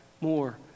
more